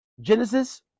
Genesis